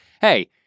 hey